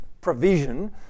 provision